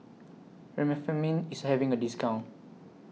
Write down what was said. Remifemin IS having A discount